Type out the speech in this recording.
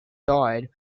died